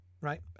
Right